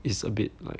it's a bit like